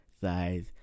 size